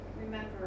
remember